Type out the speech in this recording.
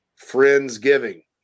Friendsgiving